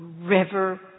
River